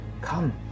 Come